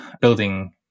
building